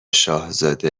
شاهزاده